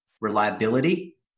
reliability